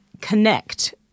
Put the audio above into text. connect